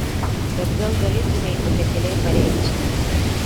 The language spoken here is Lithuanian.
bet gal galėtumei oficialiai pareikšti